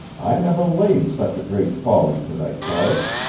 i never laid such a great folly to thy charge